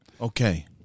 okay